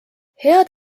head